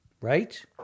right